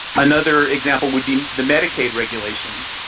another example would be the medicaid regulations.